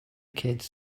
kids